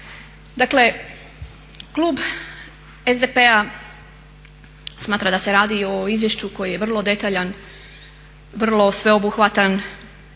Dakle klub SDP-a smatra da se radi o izvješću koji je vrlo detaljan, vrlo sveobuhvatan